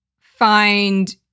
find